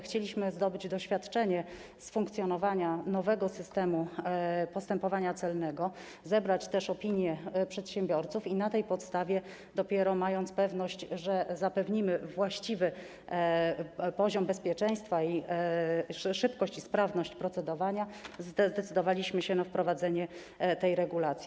Chcieliśmy zdobyć doświadczenie z funkcjonowania nowego systemu postępowania celnego, zebrać opinie przedsiębiorców i dopiero na tej podstawie, mając pewność, że zapewnimy właściwy poziom bezpieczeństwa oraz szybkość i sprawność procedowania, zdecydowaliśmy się na wprowadzenie tej regulacji.